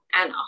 Anna